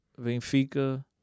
Benfica